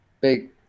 big